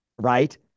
right